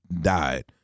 died